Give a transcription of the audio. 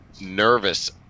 nervous